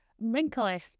wrinkly